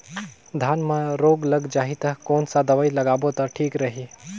धान म रोग लग जाही ता कोन सा दवाई लगाबो ता ठीक रही?